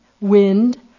wind